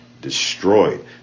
destroyed